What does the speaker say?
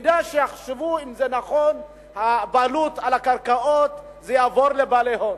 כדאי שיחשבו אם זה נכון שהבעלות על הקרקעות תעבור לבעלי הון.